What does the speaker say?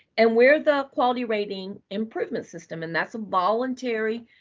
and we're the quality rating improvement system. and that's a voluntary